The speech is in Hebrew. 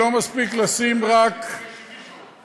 לא מספיק לשים רק בשר,